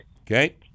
Okay